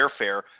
airfare